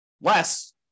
Less